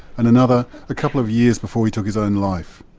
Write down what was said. and another a couple of years before he took his own life,